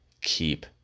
keep